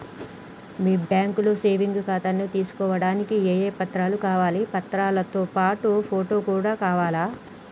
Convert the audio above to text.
మీ బ్యాంకులో సేవింగ్ ఖాతాను తీసుకోవడానికి ఏ ఏ పత్రాలు కావాలి పత్రాలతో పాటు ఫోటో కూడా కావాలా?